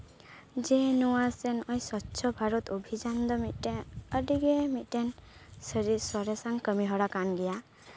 ᱡᱮ ᱱᱚᱣᱟ ᱥᱮ ᱱᱚᱸᱜᱼᱚᱭ ᱥᱚᱪᱪᱷᱚ ᱵᱷᱟᱨᱚᱛ ᱚᱵᱷᱤᱡᱟᱱ ᱫᱚ ᱢᱤᱫᱴᱮᱡ ᱟᱹᱰᱤᱜᱮ ᱢᱤᱫᱴᱮᱱ ᱥᱟᱹᱨᱤ ᱥᱚᱨᱮᱥᱟᱱ ᱠᱟᱹᱢᱤ ᱦᱚᱨᱟ ᱠᱟᱱ ᱜᱮᱭᱟ